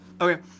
Okay